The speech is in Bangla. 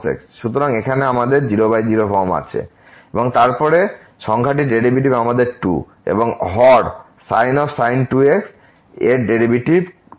সুতরাং এখানে আমাদের আবার 00 ফর্ম আছে এবং তারপরে সংখ্যার ডেরিভেটিভ আমাদের 2 এবং হর sin 2x এর ডেরিভেটিভ 2cos 2x